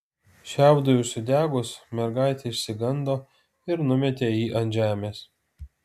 šiaudui užsidegus mergaitė išsigando ir numetė jį ant žemės